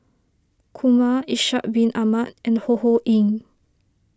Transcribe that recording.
Kumar Ishak Bin Ahmad and Ho Ho Ying